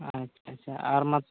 ᱟᱪᱪᱷᱟᱼᱟᱪᱪᱷᱟ ᱟᱨᱻᱻ